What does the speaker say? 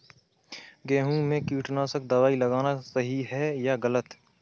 गेहूँ में कीटनाशक दबाई लगाना सही है या गलत?